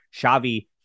Xavi